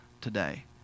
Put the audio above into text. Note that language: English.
today